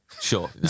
Sure